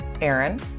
Aaron